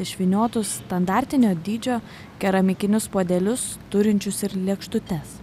išvyniotus standartinio dydžio keramikinius puodelius turinčius ir lėkštutes